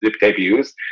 debuts